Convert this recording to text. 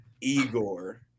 igor